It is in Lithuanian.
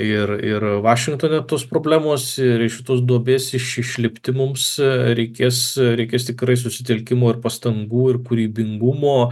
ir ir vašingtone tos problemos ir iš tos duobės iš išlipti mums reikės reikės tikrai susitelkimo ir pastangų ir kūrybingumo